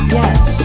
yes